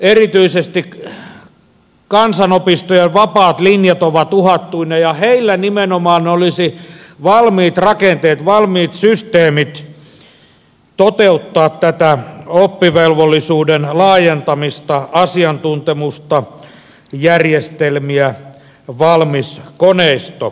erityisesti kansanopistojen vapaat linjat ovat uhattuina ja heillä nimenomaan olisi valmiit rakenteet valmiit systeemit toteuttaa tätä oppivelvollisuuden laajentamista olisi asiantuntemusta järjestelmiä valmis koneisto